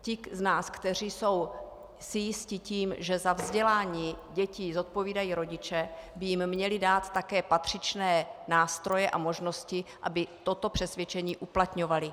Ti z nás, kteří jsou si jisti tím, že za vzdělání dětí zodpovídají rodiče, by jim měli dát také patřičné nástroje a možnosti, aby toto přesvědčení uplatňovali.